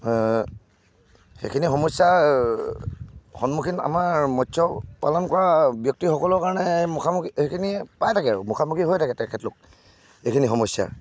সেইখিনি সমস্যা সন্মুখীন আমাৰ মৎস্য পালন কৰা ব্যক্তিসকলৰ কাৰণে মুখামুখি সেইখিনি পাই থাকে আৰু মুখামুখি হৈ থাকে তেখেতলোক এইখিনি সমস্যা